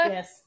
Yes